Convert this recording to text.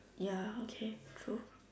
ya okay true